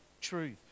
truth